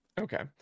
Okay